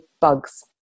bugs